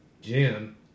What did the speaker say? Jim